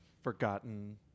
forgotten